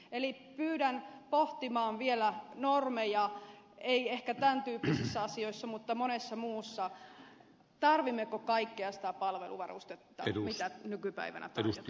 eli pyydän pohtimaan vielä normeja ei ehkä tämän tyyppisissä asioissa mutta monessa muussa tarvitsemmeko kaikkea sitä palveluvarustetta mitä nykypäivänä tarjotaan